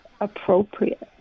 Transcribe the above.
appropriate